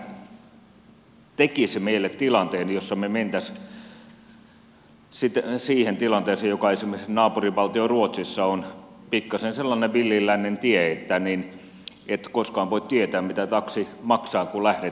sehän tekisi meille tilanteen jossa me menisimme siihen tilanteeseen joka esimerkiksi naapurivaltio ruotsissa on pikkasen sellainen villin lännen tie että et koskaan voi tietää mitä taksi maksaa kun lähdet jonnekin